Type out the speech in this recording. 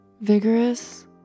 vigorous